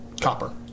copper